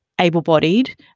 able-bodied